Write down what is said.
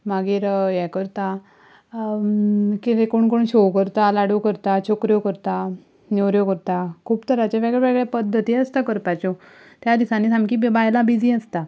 मागीर हें करता कितें कोण कोण शेव करता लाडू करता चकऱ्यो करता नेवऱ्यो करता खूब तरांचे वेगळे वेगळे पद्दती आसता करपाच्यो त्या दिसांनी सामकीं बायलां बिझी आसता